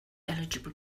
eligible